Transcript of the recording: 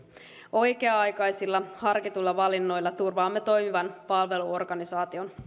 oikea aikaisilla harkituilla valinnoilla turvaamme toimivan palveluorganisaation